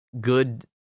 Good